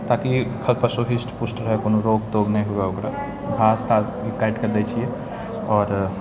ताकि खर पशु ह्रष्ट पुष्ट रहए कोनो रोग तोग नहि हुअए ओकरा घास तास काटिके दै छिए आओर